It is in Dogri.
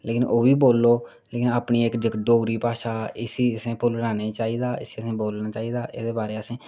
लेकिन ओह्बी बोल्लो लेकिन अपनी जेह्की डोगरी भाशा इसी असें भुल्लना नेईं चाहिदा इसी असें बोलना चाहिदा एह्दे बारै असें